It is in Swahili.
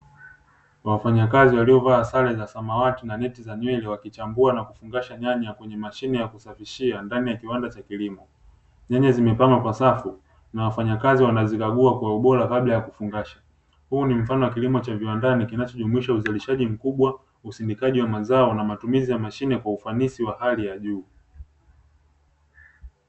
Wafanyakazi waliyovaa sare za samawati na neti za nywele wakichambua na kufungasha nyanya kwenye mashine ya kusafishia ndani ya kiwanda cha kilimo. Nyanya zimepangwa kwa safu na wafanyakazi wanazikagua kwa ubora baada ya kufungasha, huu ni mfano wa kilimo cha viwandani kinachojumuisha mkubwa, usindikaji wa mazao na matumizi ya mashine kwa ufanisi wa hali ya juu.